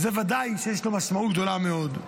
ודאי שיש לה משמעות גדולה מאוד.